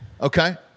Okay